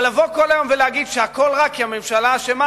אבל לבוא כל היום ולהגיד שהכול רק כי הממשלה אשמה,